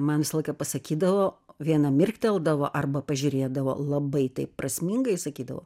man visą laiką pasakydavo viena mirkteldavo arba pažiūrėdavo labai taip prasmingai sakydavo